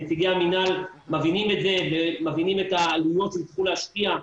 נציגי המינהל מבינים את זה ומבינים את העלויות שיצטרכו להשקיע.